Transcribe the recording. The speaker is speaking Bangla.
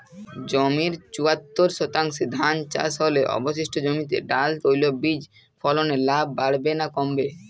জমির চুয়াত্তর শতাংশে ধান চাষ হলে অবশিষ্ট জমিতে ডাল তৈল বীজ ফলনে লাভ বাড়বে না কমবে?